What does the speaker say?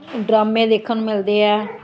ਡਰਾਮੇ ਦੇਖਣ ਨੂੰ ਮਿਲਦੇ ਹੈ